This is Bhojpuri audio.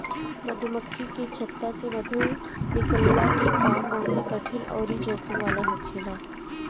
मधुमक्खी के छत्ता से मधु निकलला के काम बहुते कठिन अउरी जोखिम वाला होखेला